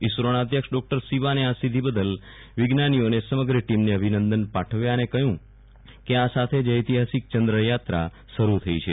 ઇસરોના અ ધ્યક્ષ ડોકટર સિવાને આ સિધ્ધી બદલ વિજ્ઞાનીઓની સમગ્ર ટીમને અભિનંદન પાઠ વ્યા અને કહ્યુ કે આ સાથે જ ઐ તિહાસિક ચં દ્રયાત્રા શરૂ થઇ છે